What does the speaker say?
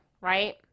Right